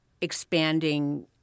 expanding